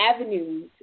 avenues